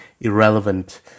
irrelevant